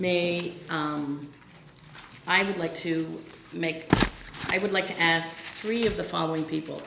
mate i would like to make i would like to ask three of the following people